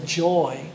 joy